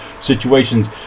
situations